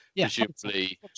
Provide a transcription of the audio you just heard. Presumably